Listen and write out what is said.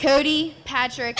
cody patrick